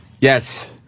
Yes